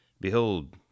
Behold